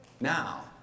now